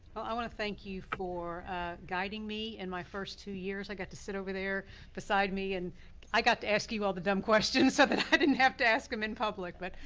well i wanna thank you for guiding me in my first two years. i got to sit over there beside me and i got to ask you all the dumb questions so that i didn't have to ask em in public but,